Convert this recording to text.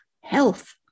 health